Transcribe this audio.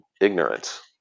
ignorance